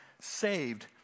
saved